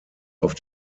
auf